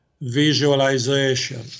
visualization